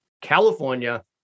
California